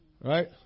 Right